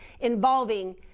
involving